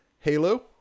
halo